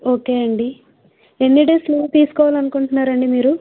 okay అండి ఎన్ని days leave తీసుకోవాలనుకుంటున్నారండి మీరు